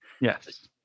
Yes